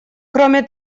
кроме